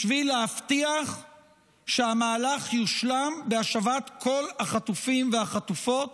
בשביל להבטיח שהמהלך יושלם בהשבת כל החטופים והחטופות.